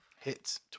hits